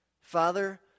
Father